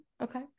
okay